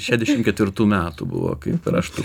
šedešim ketvirtų metų buvo kaip ir aš